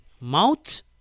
Mouth